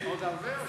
זה עוד הרבה?